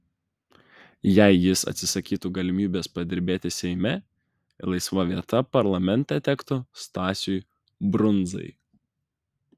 jei jis atsisakytų galimybės padirbėti seime laisva vieta parlamente tektų stasiui brundzai